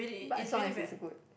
but as long as its good